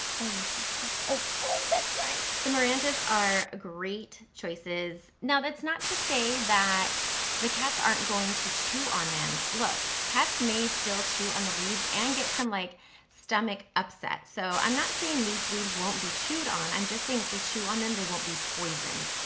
oh you're so cute. oh oh that's right. so marantas are great choices. now that's not to say that cats aren't going to chew on them. look, cats may still chew on the leaves and get some like stomach upset so, i'm not saying these leaves won't be chewed on, i'm just saying if they chew on them, they won't be poisoned.